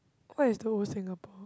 what is the old Singapore